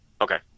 Okay